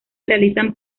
realizan